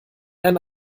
einen